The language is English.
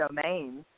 domains